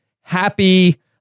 happy